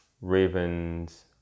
Raven's